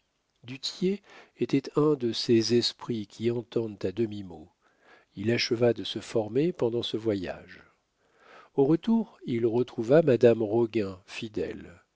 était un de ces esprits qui entendent à demi-mot il acheva de se former pendant ce voyage au retour il retrouva madame roguin